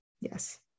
Yes